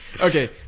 Okay